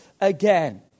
again